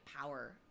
power